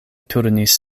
turnis